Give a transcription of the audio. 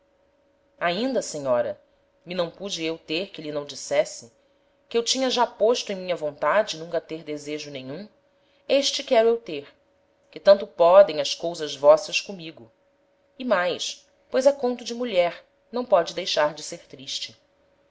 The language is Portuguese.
eu ter que lhe não dissesse que eu tinha já posto em minha vontade nunca ter desejo nenhum este quero eu ter que tanto podem as cousas vossas comigo e mais pois é conto de mulher não póde deixar de ser triste